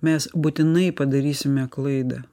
mes būtinai padarysime klaidą